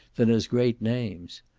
than as great names.